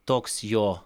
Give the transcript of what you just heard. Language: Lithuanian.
toks jo